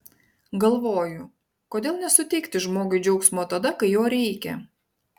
galvoju kodėl nesuteikti žmogui džiaugsmo tada kai jo reikia